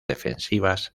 defensivas